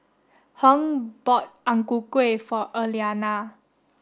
Hung bought Ang Ku Kueh for Elianna